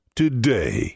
today